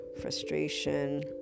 frustration